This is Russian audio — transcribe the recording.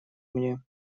мне